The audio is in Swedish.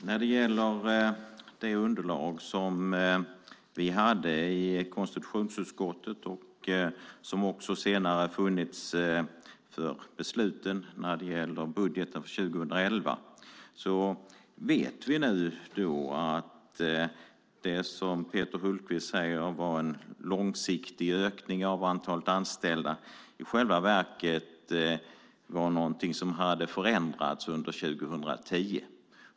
När det gäller det underlag som vi i konstitutionsutskottet hade, och som senare också funnits för besluten gällande budgeten för 2011, vet vi nu att det som Peter Hultqvist kallar en långsiktig ökning av antalet anställda i själva verket var något som hade förändrats under 2010.